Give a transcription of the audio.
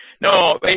No